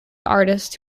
artists